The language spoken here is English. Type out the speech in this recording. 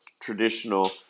traditional